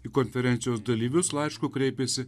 į konferencijos dalyvius laišku kreipėsi